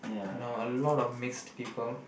no a lot of mixed people